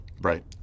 Right